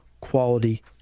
quality